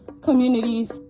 communities